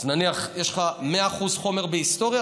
אז נניח שיש לך 100% חומר בהיסטוריה.